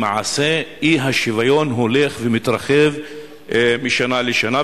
למעשה אי-השוויון הולך ומתרחב משנה לשנה.